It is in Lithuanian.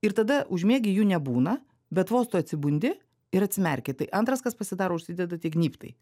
ir tada užmiegi jų nebūna bet vos tu atsibundi ir atsimerki tai antras kas pasidaro užsideda tie gnybtai